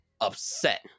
upset